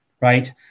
Right